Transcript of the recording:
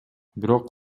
бирок